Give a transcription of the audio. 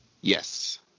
Yes